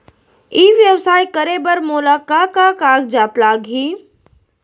ई व्यवसाय करे बर मोला का का कागजात लागही?